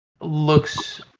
Looks